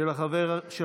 מס' 3019 ו-3024,